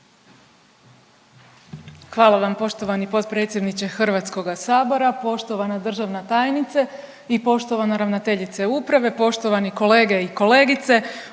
Hvala vam poštovani potpredsjedniče Hrvatskoga sabora, poštovana državna tajnice i poštovana ravnateljice uprave, poštovani kolege i kolegice.